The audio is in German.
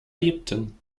lebten